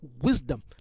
wisdom